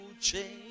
change